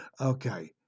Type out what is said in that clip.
Okay